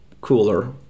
cooler